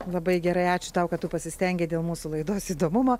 labai gerai ačiū tau kad tu pasistengei dėl mūsų laidos įdomumo